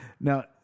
Now